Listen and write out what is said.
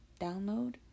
download